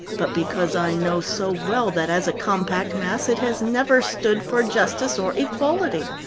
but because i know so well that as a compact mass it has never stood for justice or equality.